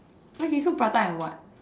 okay so prata and what